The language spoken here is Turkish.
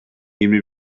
yirmi